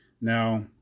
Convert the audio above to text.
Now